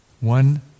one